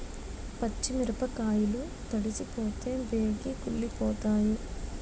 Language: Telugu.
పచ్చి మిరపకాయలు తడిసిపోతే బేగి కుళ్ళిపోతాయి